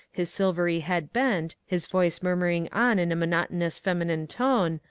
his silvery head bent, his voice murmuring on in a monotonous feminine tone,